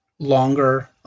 longer